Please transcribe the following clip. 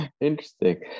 interesting